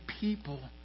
people